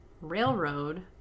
railroad